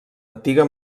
antiga